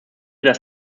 dass